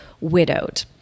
widowed